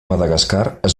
madagascar